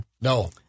no